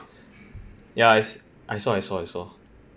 ya I s~ I saw I saw I saw